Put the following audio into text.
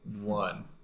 One